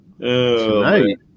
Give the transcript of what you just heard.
Tonight